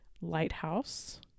Lighthouse